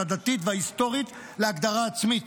הדתית וההיסטורית להגדרה עצמית.